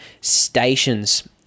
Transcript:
stations